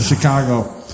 Chicago